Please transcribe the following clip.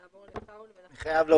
נקדים את מנכ"ל אנרג'יאן,